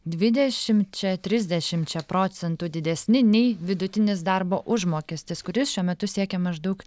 dvidešimčia trisdešimčia procentų didesni nei vidutinis darbo užmokestis kuris šiuo metu siekia maždaug